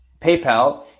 PayPal